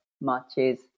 matches